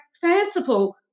fanciful